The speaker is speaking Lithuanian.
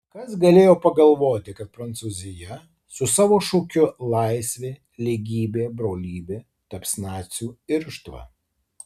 kas galėjo pagalvoti kad prancūzija su savo šūkiu laisvė lygybė brolybė taps nacių irštva